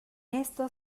esto